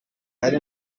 hari